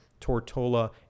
Tortola